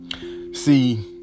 See